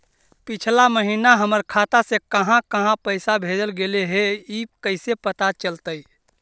पिछला महिना हमर खाता से काहां काहां पैसा भेजल गेले हे इ कैसे पता चलतै?